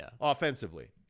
offensively